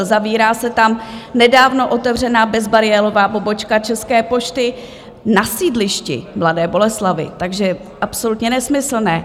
Zavírá se tam nedávno otevřená bezbariérová pobočka České pošty na sídlišti v Mladé Boleslavi, takže absolutně nesmyslné.